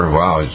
wow